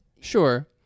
Sure